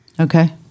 Okay